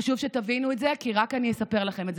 חשוב שתבינו את זה כי רק אני אספר לכם את זה.